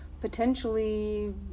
potentially